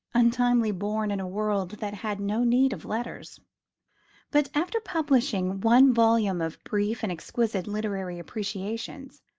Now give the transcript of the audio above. untimely born in a world that had no need of letters but after publishing one volume of brief and exquisite literary appreciations,